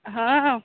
ହଁ ହଁ